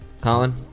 Colin